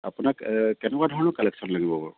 আপোনাক কেনেকুৱা ধৰণৰ কালেকশ্যন লাগিব বাৰু